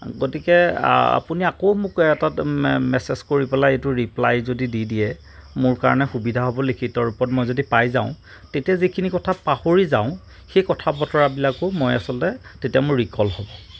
গতিকে আপুনি আকৌ মোক এটা মেছেজ কৰি পেলাই এটা ৰিপ্লাই যদি দি দিয়ে মোৰ কাৰণে সুবিধা হ'ব লিখিত ৰূপত মই যদি পাই যাওঁ তেতিয়া যিখিনি কথা পাহৰি যাওঁ সেই কথা বতৰা বিলাকো মই আচলতে তেতিয়া মোৰ ৰিকল হ'ব